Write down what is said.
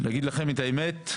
להגיד לכם את האמת?